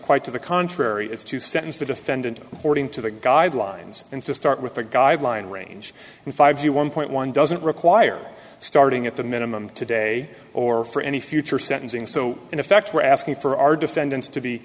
quite to the contrary it's to sentence the defendant hording to the guidelines and to start with the guideline range in five year one point one doesn't require starting at the minimum today or for any future sentencing so in effect we're asking for our defendants to be